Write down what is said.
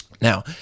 Now